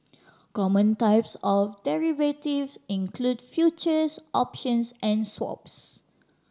common types of derivatives include futures options and swaps